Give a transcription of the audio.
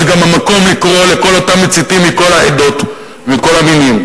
זה גם המקום לקרוא לכל אותם מציתים מכל העדות ומכל המינים,